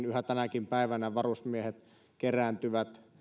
yhä tänäkin päivänä varusmiehet kerääntyvät